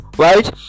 Right